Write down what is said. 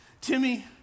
Timmy